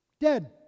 dead